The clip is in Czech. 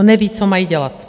Nevědí, co mají dělat.